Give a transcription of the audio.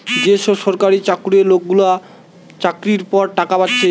যে সব সরকারি চাকুরে লোকগুলা চাকরির পর টাকা পাচ্ছে